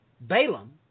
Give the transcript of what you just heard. Balaam